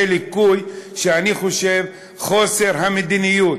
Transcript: זה ליקוי שאני חושב שחוסר המדיניות,